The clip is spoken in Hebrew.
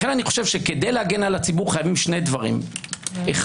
לכן כדי להגן על הציבור חייבים שני דברים: א',